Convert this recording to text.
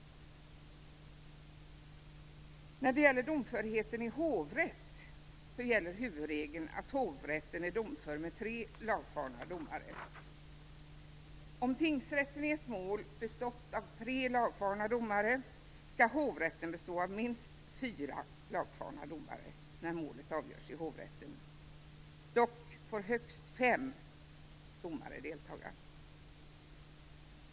I fråga om domförhet i hovrätt gäller huvudregeln, att hovrätten är domför med tre lagfarna domare. Om tingsrätten i ett mål bestått av tre lagfarna domare skall hovrätten bestå av minst fyra lagfarna domare när målet avgörs i hovrätten. Dock får högst fem domare delta.